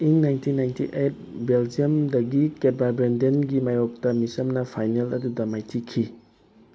ꯏꯪ nineteen ninety eight ꯕꯦꯜꯖꯤꯌꯝꯗꯒꯤ ꯀꯦꯗꯕꯥ ꯕ꯭ꯔꯦꯟꯗꯦꯟꯒꯤ ꯃꯥꯌꯣꯛꯇ ꯅꯤꯁꯝꯅ ꯐꯥꯏꯅꯦꯜ ꯑꯗꯨꯗ ꯃꯥꯏꯊꯤꯈꯤ